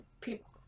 people